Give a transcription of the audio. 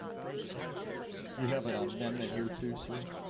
president you have an amendment here to sir